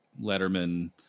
Letterman